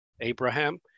Abraham